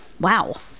wow